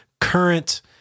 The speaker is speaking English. current